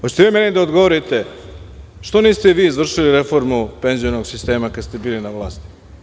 Hoćete vi meni da odgovorite što niste vi izvršili reformu penzionog sistema kada ste bili na vlasti?